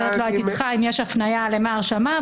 אחרת לא הייתי צריכה אם יש הפניה למה הרשמה.